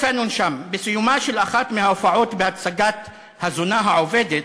כותב פנון שם: בסיומה של אחת מההופעות של ההצגה "הזונה המכובדת"